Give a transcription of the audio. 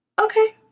Okay